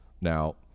Now